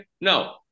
no